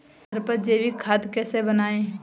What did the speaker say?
घर पर जैविक खाद कैसे बनाएँ?